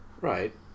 Right